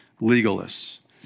legalists